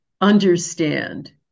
understand